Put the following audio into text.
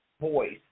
voice